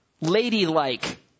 ladylike